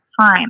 time